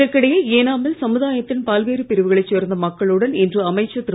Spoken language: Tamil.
இதற்கிடையே ஏனாமில் சமுதாயத்தின் பல்வேறு பிரிவுகளை சேர்ந்த மக்களுடன் இன்று அமைச்சர் திரு